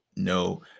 No